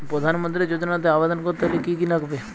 প্রধান মন্ত্রী যোজনাতে আবেদন করতে হলে কি কী লাগবে?